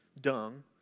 dung